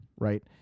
Right